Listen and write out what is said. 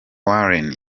warren